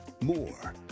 More